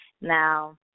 now